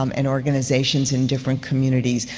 um and organizations in different communities.